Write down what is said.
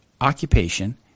occupation